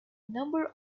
number